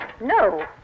No